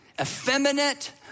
effeminate